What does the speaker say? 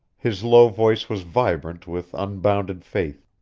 his low voice was vibrant with unbounded faith.